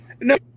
No